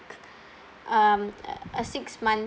um a six-month